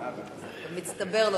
אה, במצטבר.